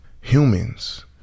humans